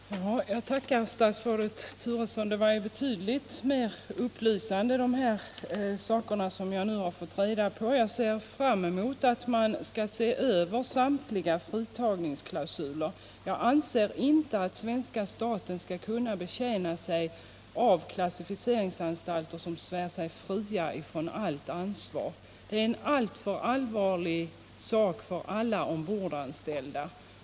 Herr talman! Jag tackar statsrådet Turesson. Vad jag nu har fått reda på var betydligt mer upplysande. Jag ser fram emot att man skall se över samtliga fritagningsklausuler. Svenska staten skall inte enligt min mening kunna betjäna sig av klassificeringsanstalter som svär sig fria från allt ansvar. Det är en alltför allvarlig sak för alla ombordanställda.